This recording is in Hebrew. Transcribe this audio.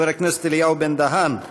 חבר הכנסת אליהו בן-דהן,